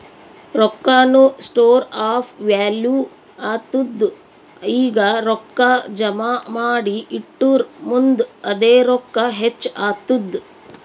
ರೊಕ್ಕಾನು store of value ಆತ್ತುದ್ ಈಗ ರೊಕ್ಕಾ ಜಮಾ ಮಾಡಿ ಇಟ್ಟುರ್ ಮುಂದ್ ಅದೇ ರೊಕ್ಕಾ ಹೆಚ್ಚ್ ಆತ್ತುದ್